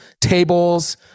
tables